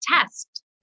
test